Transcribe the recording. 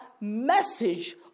message